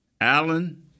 Allen